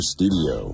Studio